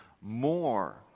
more